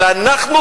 אבל אנחנו,